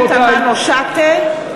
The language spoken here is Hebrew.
(קוראת בשמות חברי הכנסת) פנינה תמנו-שטה,